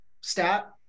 stat